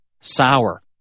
sour